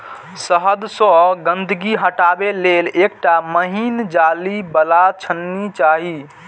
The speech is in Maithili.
शहद सं गंदगी हटाबै लेल एकटा महीन जाली बला छलनी चाही